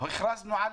הכרזנו על